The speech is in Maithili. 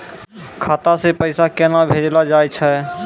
खाता से पैसा केना भेजलो जाय छै?